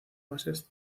bases